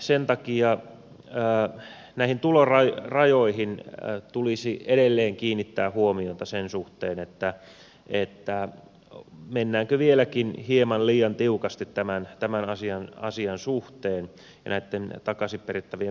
sen takia näihin tulorajoihin tulisi edelleen kiinnittää huomiota sen suhteen mennäänkö vieläkin hieman liian tiukasti tämän asian suhteen ja näitten takaisin perittävien määrien suhteen